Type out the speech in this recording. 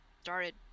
started